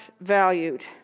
valued